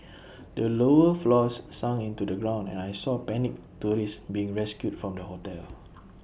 the lower floors sunk into the ground and I saw panicked tourists being rescued from the hotel